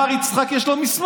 מר יצחקי, יש לו מסמך.